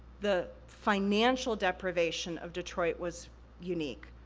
the financial depravation of detroit was unique.